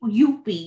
UP